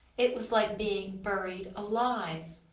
it was like being buried alive.